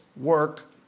work